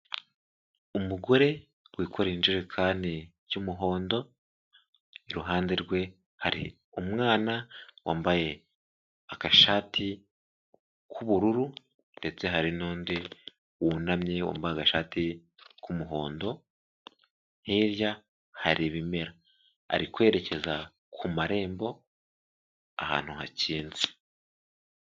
Umugore wikoreye injerekani y'umuhondo iruhande rwe hari umwana wambaye akashati k'ubururu ndetse hari n'undi wunamye wambaye agashati k'umuhondo hirya hari ibimera ari kwerekeza ku marembo ahantu hakinze.